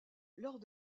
lors